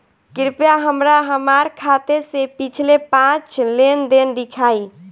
कृपया हमरा हमार खाते से पिछले पांच लेन देन दिखाइ